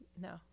No